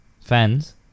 fans